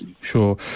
sure